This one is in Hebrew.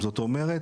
זאת אומרת